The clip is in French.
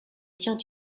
tient